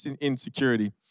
insecurity